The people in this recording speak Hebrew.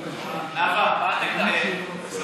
נאוה, כספים.